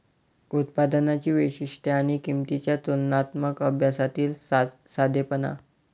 उत्पादनांची वैशिष्ट्ये आणि किंमतींच्या तुलनात्मक अभ्यासातील साधेपणा